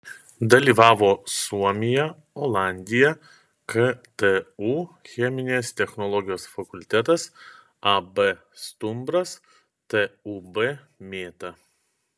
dalyvavo suomija olandija ktu cheminės technologijos fakultetas ab stumbras tūb mėta